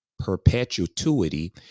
perpetuity